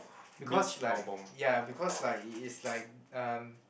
because like ya because like it is like um